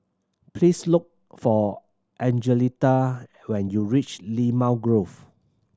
please look for Angelita when you reach Limau Grove